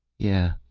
yeah,